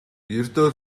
ердөө